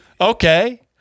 Okay